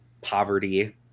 Poverty